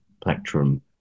plectrum